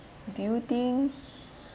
do you think